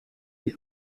die